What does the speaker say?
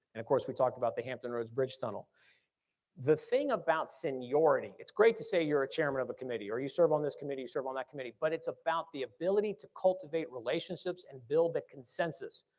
and of course we talked about the hampton roads bridge-tunnel. the thing about seniority. it's great to say you're a chairman of a committee or you serve on this committee, you serve on that committee but it's about the ability to cultivate relationships and build the consensus.